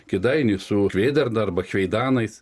kėdainių su kvėdarna arba kveidanais